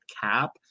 cap